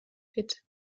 fit